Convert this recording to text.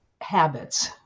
habits